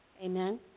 Amen